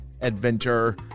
adventure